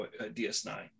DS9